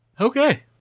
Okay